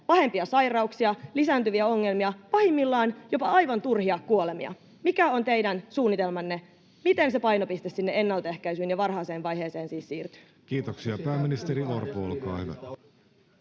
pahempia sairauksia, lisääntyviä ongelmia, pahimmillaan jopa aivan turhia kuolemia. Mikä on teidän suunnitelmanne, miten se painopiste sinne ennaltaehkäisyyn ja varhaiseen vaiheeseen siis siirtyy? [Speech 48] Speaker: Jussi Halla-aho